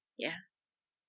ya